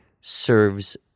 serves